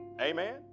Amen